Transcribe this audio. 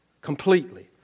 completely